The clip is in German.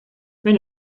wenn